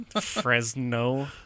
Fresno